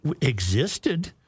existed